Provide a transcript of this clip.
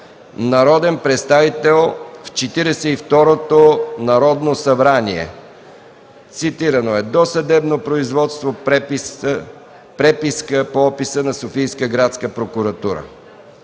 народен представител в Четиридесет и второто Народно събрание. Цитирано е досъдебно производство, преписка по описа на Софийска градска прокуратура.